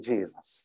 Jesus